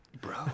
Bro